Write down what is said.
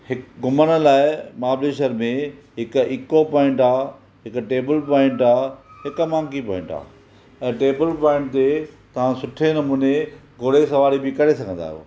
हिकु घुमणु लाइ महाबलेश्वर में हिकु इको पोइंट आहे हिकु टेबल पोइंट आहे हिकु मंकी पोइंट आहे टेबल पोइंट ते तव्हां सुठे नमूने घोड़े जी सवारी बि करे सघंदा आहियो